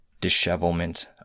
dishevelment